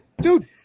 Dude